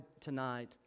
tonight